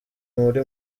muri